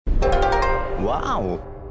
Wow